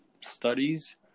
studies